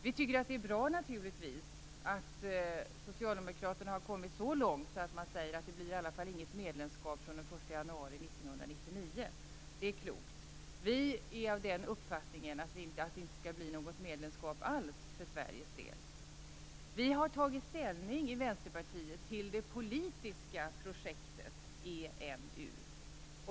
Vi tycker att det är bra att socialdemokraterna har kommit så långt att man säger att det i alla fall inte blir något medlemskap från den 1 januari 1999. Det är klokt. Vi är av den uppfattningen att det inte skall bli något medlemskap alls för Sveriges del. Vi har tagit ställning i Vänsterpartiet till det politiska projektet EMU.